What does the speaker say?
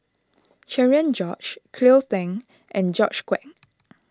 Cherian George Cleo Thang and George Quek